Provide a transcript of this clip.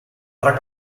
tra